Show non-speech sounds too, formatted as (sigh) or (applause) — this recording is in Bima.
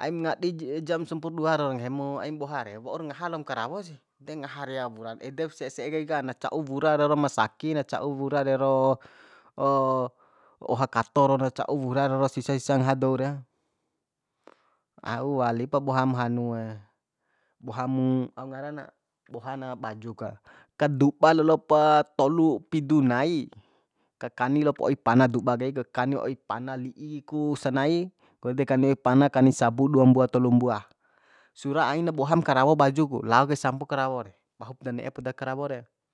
aim ngadi jam sampurdua rau re nggahi mu aim boha re waur ngaha lom karawo sih de ngaha rear wura edep se'e se'e kai ka na ca'u wura rero masaki na ca'u wura rero (hesitation) oha kato ro na ca'u wura ro sisa sisa ngaha dou re au walipa boham hanue bohamu au ngara na boha na baju ka kaduba lalopa tolu pidu nai kakani lop oi pana duba kai ku kani oi pana li'i ku sanai nggo ede kani oi pana kani sabu dua mbua tolu mbua sura aina boham karawo baju ku lai kai sampu karawo re paup da ne'e poda karawo re